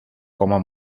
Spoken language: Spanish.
como